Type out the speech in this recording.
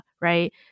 right